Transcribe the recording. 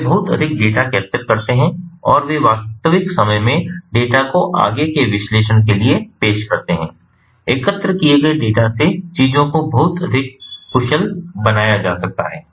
वे बहुत अधिक data capture करते हैं और वे वास्तविक समय में डेटा को आगे के विश्लेषण के लिए पेश करते हैं एकत्र किए गए डेटा से चीजों को बहुत अधिक कुशल बनाया जा सकता है